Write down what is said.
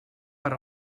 per